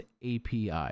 api